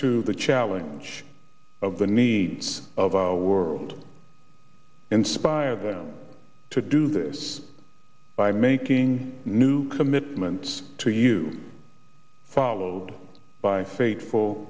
to the challenge of the needs of our world inspire them to do this by making new commitments to you followed by faithful